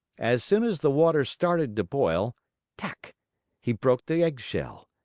as soon as the water started to boil tac he broke the eggshell.